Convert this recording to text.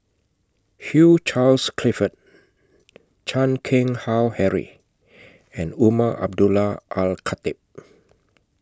Hugh Charles Clifford Chan Keng Howe Harry and Umar Abdullah Al Khatib